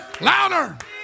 Louder